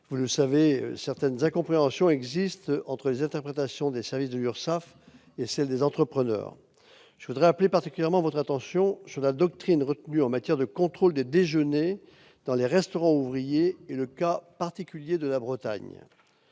vous le savez, certaines incompréhensions existent entre les interprétations des services de l'URSSAF et celles des entrepreneurs. Je veux appeler singulièrement votre attention sur la doctrine retenue en matière de contrôle des déjeuners dans les restaurants ouvriers et évoquer le cas particulier de la Bretagne.